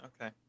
Okay